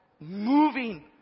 moving